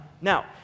now